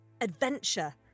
adventure